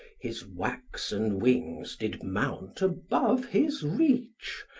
his waxen wings did mount above his reach,